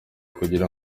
kugira